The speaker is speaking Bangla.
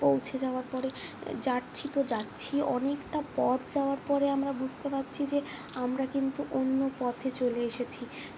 পৌঁছে যাওয়ার পরে যাচ্ছি তো যাচ্ছি অনেকটা পথ যাওয়ার পরে আমরা বুঝতে পারছি যে আমরা কিন্তু অন্য পথে চলে এসেছি